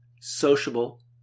sociable